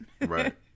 Right